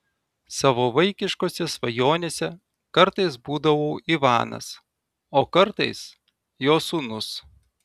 savo vaikiškose svajonėse kartais būdavau ivanas o kartais jo sūnus